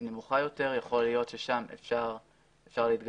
היא נמוכה יותר ויכול להיות ששם אפשר להתגמש.